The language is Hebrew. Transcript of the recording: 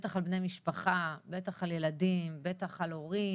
בטח על בני משפחה, בטח על ילדים, בטח על הורים,